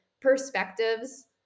perspectives